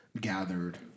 gathered